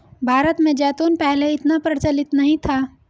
भारत में जैतून पहले इतना प्रचलित नहीं था